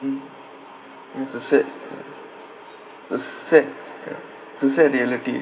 mm it's a sad ya a s~ sad ya it's a sad reality